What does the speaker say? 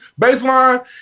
baseline